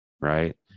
right